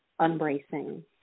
unbracing